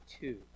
two